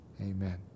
Amen